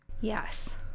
Yes